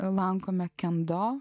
lankome kendo